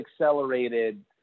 accelerated